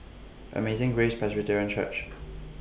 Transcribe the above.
Amazing Grace Presbyterian Church